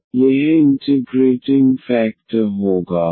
तो यह integration factor होगा